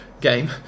game